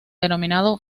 denominado